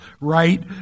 right